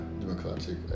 Democratic